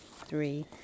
three